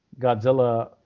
Godzilla